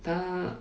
他